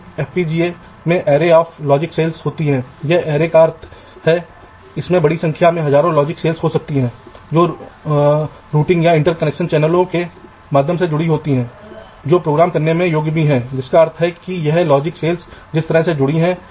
इसलिए उन सभी सेल पर धातु की परतें जो वे क्षैतिज रूप से चल रही होंगी वे तार कनेक्शन को ऊर्ध्वाधर लाइनों से जोड़ रही होंगी और आप देख सकते हैं कि मानक सेल डिजाइन के मामले में लेआउट बहुत नियमित होगा यह कुछ इस तरह दिखाई देगा